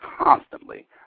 constantly